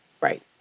Right